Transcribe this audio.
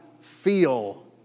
feel